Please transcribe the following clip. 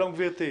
שלום, גברתי.